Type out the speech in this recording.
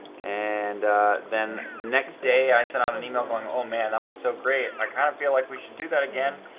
and then the next day i sent out an email going, oh man, that was so great. i kind of feel like we should do that again.